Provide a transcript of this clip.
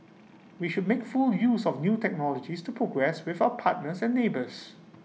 we should make full use of new technologies to progress with our partners and neighbours